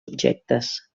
objectes